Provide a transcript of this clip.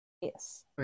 Yes